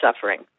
suffering